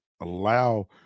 allow